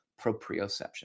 proprioception